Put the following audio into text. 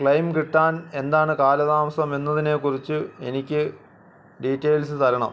climb കിട്ടാൻ എന്താണ് കാല താമസം എന്നതിന് കുറിച്ച് എനിക്ക് ഡീറ്റെയിൽസ് തരണം